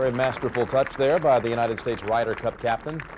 ah masterful touch there by the united states ryder cup captain.